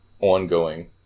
ongoing